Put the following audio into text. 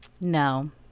No